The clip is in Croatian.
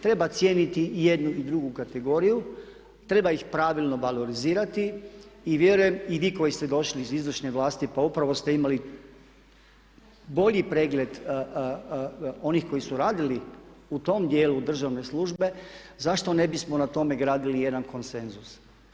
Treba cijeniti i jednu i drugu kategoriju, treba ih pravilno valorizirati i vjerujem i vi koji ste došli iz izvršne vlasti pa upravo ste imali bolji pregled onih koji su radili u tom dijelu državne službe zašto ne bismo na tome gradili jedan konsenzus.